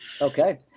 Okay